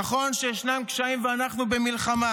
נכון שישנם קשיים ואנחנו במלחמה,